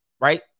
Right